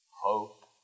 Hope